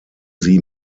sie